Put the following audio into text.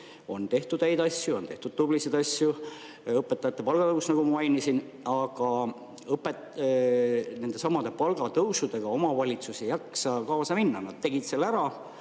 On tehtud häid asju, on tehtud tublisid asju, õpetajate palga tõus, nagu ma mainisin, aga nendesamade palgatõusudega omavalitsus ei jaksa kaasa minna. Nad tegid selle ära